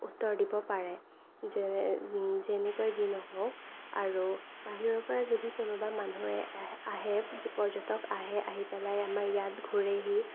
উত্তৰ দিব পাৰে যেনে যেনেকৈ যি নহওঁক আৰু বাহিৰৰ পৰা যদি কোনোবা মানুহে আহে পৰ্যটক আহে আহি পেলাই আমাৰ ইয়াত ঘূৰেহি